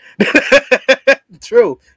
True